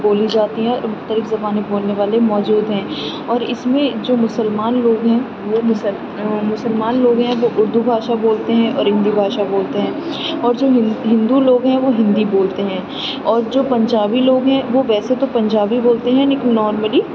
بولی جاتی ہیں اور مختلف زبانیں بولنے والے موجود ہیں اور اس میں جو مسلمان لوگ ہیں وہ مسل وہ مسلمان لوگ ہیں وہ اردو بھاشا بولتے ہیں اور ہندی بھاشا بولتے ہیں اور جو ہند ہندو لوگ ہیں وہ ہندی بولتے ہیں اور جو پنجابی لوگ ہیں وہ ویسے تو پنجابی بولتے ہیں لیکن نارملی